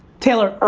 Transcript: taylor,